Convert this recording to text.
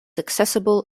accessible